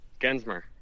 Gensmer